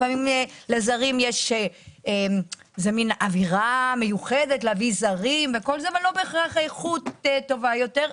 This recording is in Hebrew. לפעמים זה מן אווירה מיוחדת להביא זרים אבל לא בהכרח איכות טובה יותר.